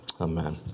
Amen